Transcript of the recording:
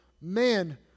man